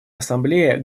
ассамблее